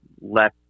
less